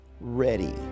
ready